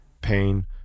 pain